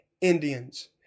Indians